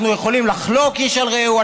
אנחנו יכולים לחלוק איש על רעהו,